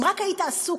אם רק היית עסוק,